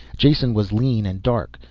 jason was lean and dark,